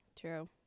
true